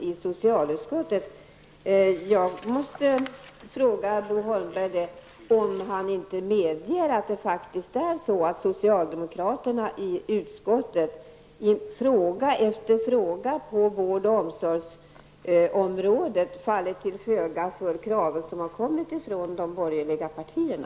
Jag undrar därför om inte Bo Holmberg kan medge att socialdemokraterna i utskottet i fråga efter fråga när det gäller vård och omsorg fallit till föga för krav som rests ifrån de borgerliga partierna.